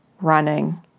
running